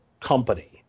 company